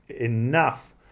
enough